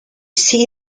see